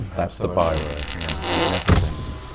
that's the by-word and it never changes.